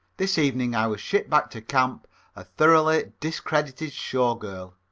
this evening i was shipped back to camp a thoroughly discredited show girl.